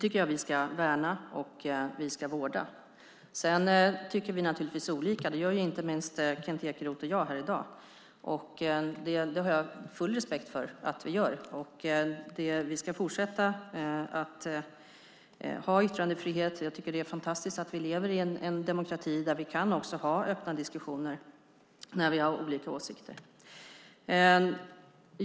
Det ska vi värna och vårda. Sedan tycker vi naturligtvis olika. Det gör inte minst Kent Ekeroth och jag här i dag. Det har jag full respekt för att vi gör. Vi ska fortsätta ha yttrandefrihet. Jag tycker att det är fantastiskt att vi lever i en demokrati där vi kan ha öppna diskussioner när vi har olika åsikter.